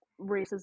racism